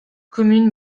commune